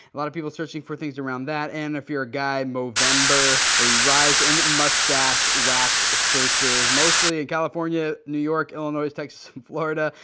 a lot of people searching for things around that. and if you're a guy, movember a rise in mustache wax searches, mostly in california, new york, illinois, texas and florida.